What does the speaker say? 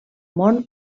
món